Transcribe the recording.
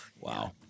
Wow